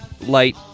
Light